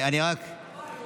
אני רק אזכיר,